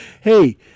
Hey